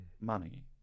money